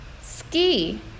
ski